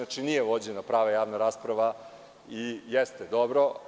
Znači, nije vođena prava javna rasprava, jeste, dobro.